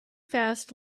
fast